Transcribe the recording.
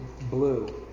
blue